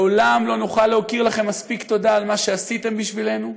לעולם לא נוכל להכיר לכם מספיק תודה על מה שעשיתם בשבילנו,